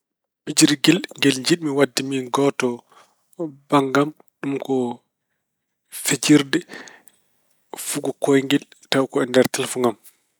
Pijirngel njiɗmi ngel waɗde min gooto bannge am ɗum ko fijjirde fugo kooyngel tawa ko nder telefoŋ am.